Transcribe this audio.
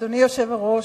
אדוני היושב-ראש,